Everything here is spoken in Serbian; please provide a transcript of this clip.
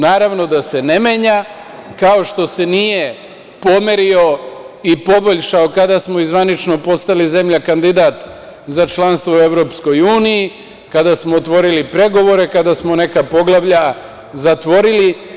Naravno, da se ne menja, kao što se nije pomerio i poboljšao kada smo i zvanično postali zemlja kandidat za članstvo u EU, kada smo otvorili pregovore, kada smo neka poglavlja zatvorili.